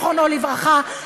זיכרונו לברכה,